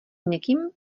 někým